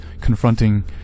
confronting